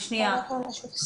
התמונה לא כל כך ורודה,